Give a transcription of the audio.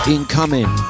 Incoming